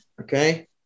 Okay